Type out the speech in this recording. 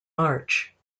march